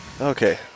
Okay